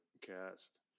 cast